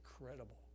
incredible